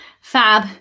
Fab